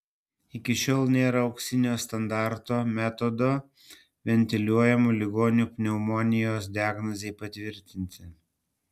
iki šiol nėra auksinio standarto metodo ventiliuojamų ligonių pneumonijos diagnozei patvirtinti